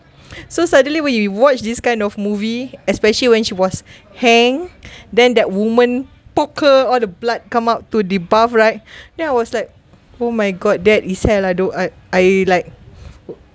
so suddenly we watch this kind of movie especially when she was hang then that woman poke her all the blood come out to the bath right then I was like oh my god that is hell aduh I I like